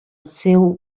seu